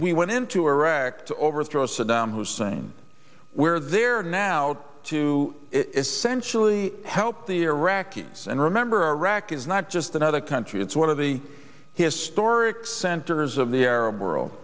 we went into iraq to overthrow saddam hussein we're there now to essentially help the iraqis and remember iraq is not just another country it's one of the historic centers of the arab world